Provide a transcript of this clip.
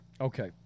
Okay